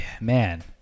man